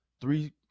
Three